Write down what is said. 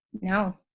No